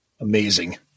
Amazing